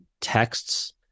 texts